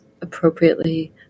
appropriately